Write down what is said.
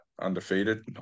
undefeated